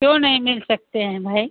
क्यों नहीं मिल सकते हैं भई